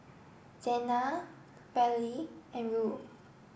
Zena Verlie and Ruel